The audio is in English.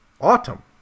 autumn